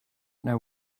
know